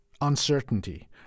uncertainty